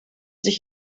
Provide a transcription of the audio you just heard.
sich